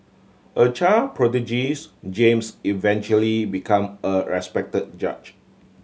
a child prodigies James eventually become a respect judge